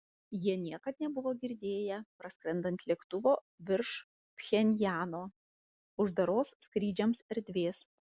jie niekad nebuvo girdėję praskrendant lėktuvo virš pchenjano uždaros skrydžiams erdvės